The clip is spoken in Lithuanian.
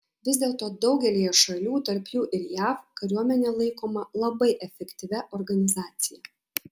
vis dėlto daugelyje šalių tarp jų ir jav kariuomenė laikoma labai efektyvia organizacija